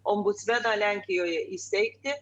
ombudsmeną lenkijoje įsteigti